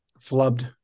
flubbed